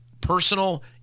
personal